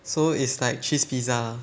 so it's like cheese pizza lah